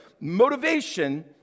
motivation